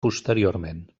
posteriorment